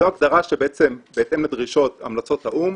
זו הגדרה בהתאם לדרישות, המלצות, האו"ם,